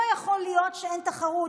לא יכול להיות שאין תחרות,